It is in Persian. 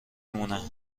مونه